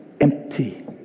empty